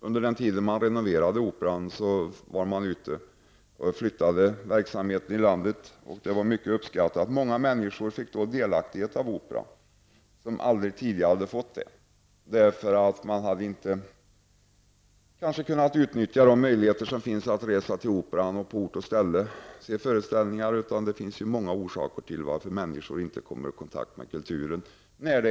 Under förra säsongen, då Operahuset renoverades, hade Operan en mycket uppskattad turnéverksamhet. Många människor som tidigare aldrig hade haft möjligheter att se opera fick nu denna möjlighet. Många människor som bor långt ifrån Stockholm har inte haft möjlighet att resa till Stockholm för att se operaföreställningar.